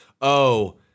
oh-